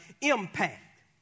impact